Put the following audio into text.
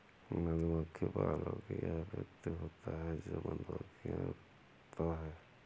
मधुमक्खी पालक वह व्यक्ति होता है जो मधुमक्खियां रखता है